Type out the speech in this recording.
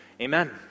Amen